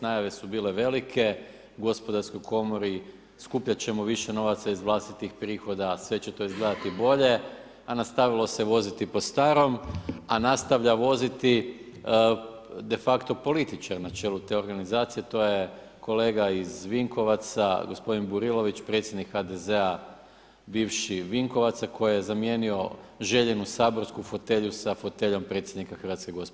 Najave su bile velike, gospodarskoj komori, skupljati ćemo više novaca iz vlastitih prihoda, sve će to izgledati bolje, a nastavilo se voziti po starom, a nastavlja voziti de facto političar na čelu te organizacije, to je kolega iz Vinkovaca, gospodin Burilović, predsjednik HDZ-a, bivših Vinkovaca, koje je zamijenio željenu saborsku fotelju sa foteljom predsjednika HGK.